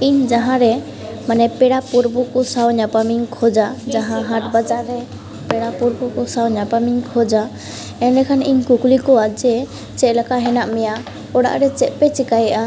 ᱤᱧ ᱡᱟᱦᱟᱸᱨᱮ ᱢᱟᱱᱮ ᱯᱮᱲᱟᱼᱯᱩᱨᱵᱩ ᱠᱚ ᱥᱟᱶ ᱧᱟᱯᱟᱢᱤᱧ ᱠᱷᱚᱡᱟ ᱡᱟᱦᱟᱸ ᱦᱟᱴᱼᱵᱟᱡᱟᱨ ᱨᱮ ᱯᱮᱲᱟ ᱯᱩᱨᱵᱩᱠᱚ ᱥᱟᱶ ᱧᱟᱯᱟᱢᱤᱧ ᱠᱷᱚᱡᱟ ᱮᱱᱰᱮᱠᱷᱟᱱ ᱤᱧ ᱠᱩᱠᱞᱤ ᱠᱚᱣᱟ ᱡᱮ ᱪᱮᱫᱞᱮᱠᱟ ᱦᱮᱱᱟᱜ ᱢᱮᱭᱟ ᱚᱲᱟᱜᱨᱮ ᱪᱮᱫᱯᱮ ᱪᱤᱠᱟᱹᱭᱮᱫᱼᱟ